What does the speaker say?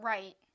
Right